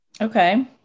Okay